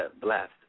Blast